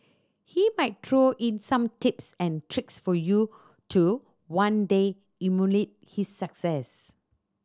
he might throw in some tips and tricks for you to one day emulate his success